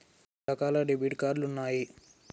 ఎన్ని రకాల debit card ఉన్నాయి?